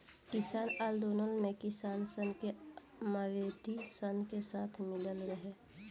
किसान आन्दोलन मे किसान सन के मओवादी सन के साथ मिलल रहे